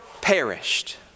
perished